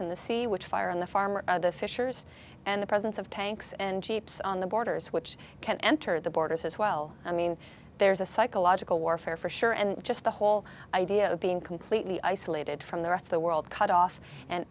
the sea witch fire in the farm or the fissures and the presence of tanks and jeeps on the borders which can enter the borders as well i mean there's a psychological warfare for sure and just the whole idea of being completely isolated from the rest of the world cut off and